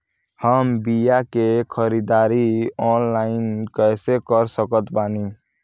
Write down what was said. हम बीया के ख़रीदारी ऑनलाइन कैसे कर सकत बानी?